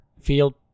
field